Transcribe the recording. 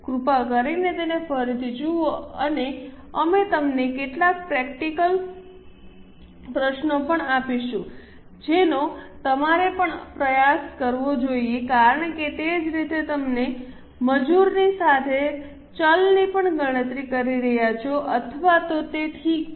કૃપા કરી તેને ફરીથી જુઓ અને અમે તમને કેટલાક પ્રેક્ટિસ પ્રશ્નો પણ આપીશું જેનો તમારે પણ પ્રયાસ કરવો જોઈએ કારણ કે તે જ રીતે તમે મજૂરની સાથે સાથે ચલની પણ ગણતરી કરી રહ્યા છો અથવા તે ઠીક છે